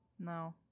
No